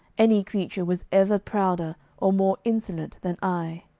any creature was ever prouder or more insolent than i.